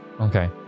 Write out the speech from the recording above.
Okay